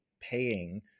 paying